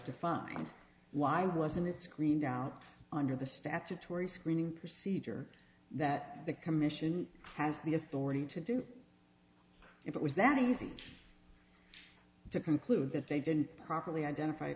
to find why wasn't it screened out under the statutory screening procedure that the commission has the authority to do if it was that easy to conclude that they didn't properly identify t